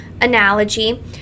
analogy